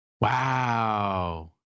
Wow